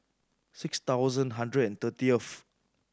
six thousand hundred and thirtieth